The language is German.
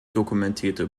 dokumentierte